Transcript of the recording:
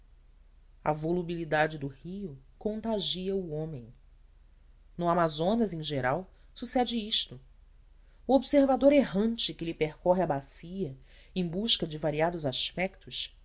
a volubilidade do rio contagia o homem no amazonas em geral sucede isto o observador errante que lhe percorre a bacia em busca de variados aspetos